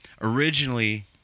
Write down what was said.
Originally